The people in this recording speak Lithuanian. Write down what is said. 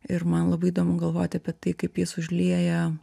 ir man labai įdomu galvoti apie tai kaip jis užlieja